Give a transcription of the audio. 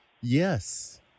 Yes